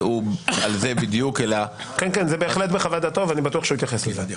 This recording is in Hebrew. זה בהחלט בחוות דעתו ואני בטוח שהוא יתייחס לזה.